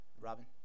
Robin